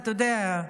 אתה יודע,